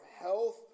health